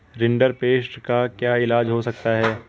rinderpest का क्या इलाज हो सकता है